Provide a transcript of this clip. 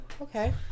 Okay